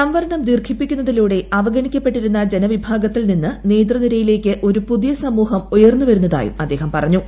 സംവരണം ദീർഘിപ്പിക്കുന്നതിലൂടെ അവഗണിക്കപ്പെട്ടിരുന്ന ജനവിഭാഗത്തിൽ നിന്ന് നേതൃനിരയിലേക്ക് ഒരു പുതിയ സമൂഹം ഉയർന്നുവരുന്നതായും അദ്ദേഹം പറഞ്ഞു